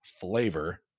flavor